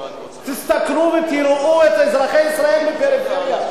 תסתכלו ותראו את אזרחי ישראל בפריפריה,